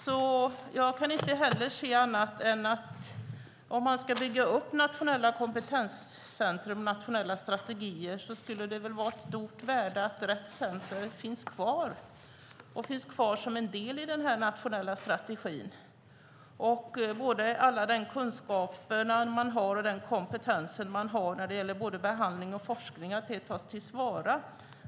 Jag kan därför inte heller se något annat än att om man ska bygga upp nationella kompetenscentrum och nationella strategier skulle det vara av stort värde att Rett Center finns kvar som en del i denna nationella strategi och att man tar till vara på all den kunskap och kompetens som man har när det gäller både behandling och forskning.